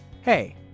Hey